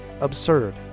absurd